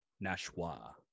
Nashua